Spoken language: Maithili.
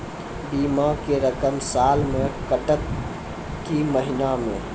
बीमा के रकम साल मे कटत कि महीना मे?